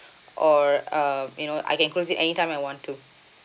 or uh you know I can close it anytime I want to